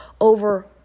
over